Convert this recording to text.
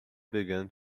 began